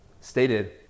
stated